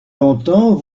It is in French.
longtemps